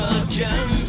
again